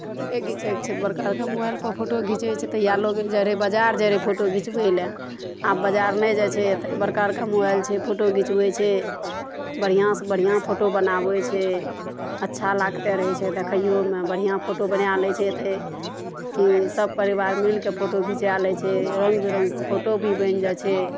फोटोवे घिचयके छै तऽ बड़का बड़का मोबाइलपर फोटो घिचय छै तऽ इएह लोग जाइ रहय बजार जाइ रहय फोटो घिचबय लए आब बजार नहि जाइ छै एतय बड़का बड़का मोबाइल छै फोटो घिचबय छै बढ़िआँसँ बढ़िआँ फोटो बनाबय छै अच्छा लागते रहय छै देखैयोमे बढ़ियाँ फोटो बना लै छै एतय की सब परिवार मिलके फोटो घिचा लै छै रङ्ग बिरङ्गके फोटो भी बनि जाइ छै